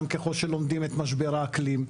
גם ככל שלומדים את משבר האקלים,